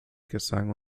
gesang